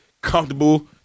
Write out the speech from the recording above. comfortable